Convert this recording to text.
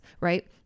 right